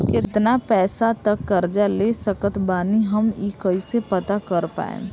केतना पैसा तक कर्जा ले सकत बानी हम ई कइसे पता कर पाएम?